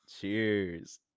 Cheers